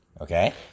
Okay